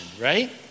right